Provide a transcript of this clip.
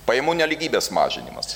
pajamų nelygybės mažinimas